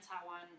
Taiwan